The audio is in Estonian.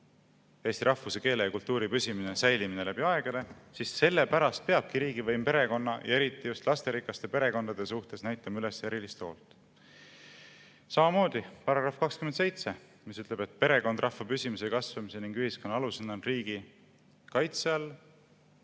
eesti rahvuse, keele ja kultuuri püsimine ja säilimine läbi aegade, siis sellepärast peabki riigivõim perekondade ja eriti just lasterikaste perekondade suhtes näitama üles erilist hoolt. Samamoodi § 27, mis ütleb, et perekond rahva püsimise ja kasvamise ning ühiskonna alusena on riigi kaitse all,